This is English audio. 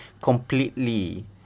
Completely